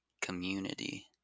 Community